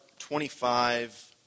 25